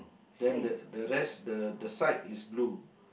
then the the rest the the side is blue